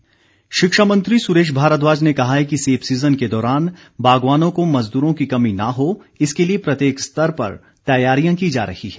भारद्वाज शिक्षामंत्री सुरेश भारद्वाज ने कहा है कि सेब सीजन के दौरान बागवानों को मजदूरों की कमी न हो इसके लिए प्रत्येक स्तर पर तैयारियां की जा रही हैं